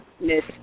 Miss